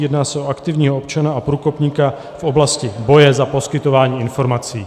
Jedná se o aktivního občana a průkopníka v oblasti boje za poskytování informací.